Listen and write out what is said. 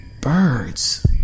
Birds